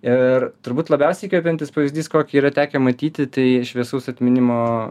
ir turbūt labiausiai įkvepiantis pavyzdys kokį yra tekę matyti tai šviesaus atminimo